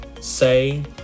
say